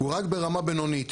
הוא רק ברמה בינונית.